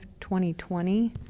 2020